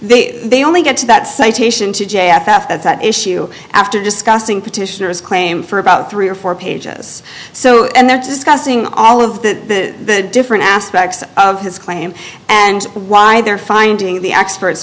they they only get to that citation to j f f that's at issue after discussing petitioners claim for about three or four pages so and that discussing all of the different aspects of his claim and why they're finding the experts